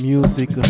Music